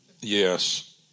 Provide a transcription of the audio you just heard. Yes